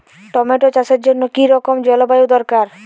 Tomato চাষের জন্য কি রকম জলবায়ু দরকার?